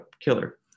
killer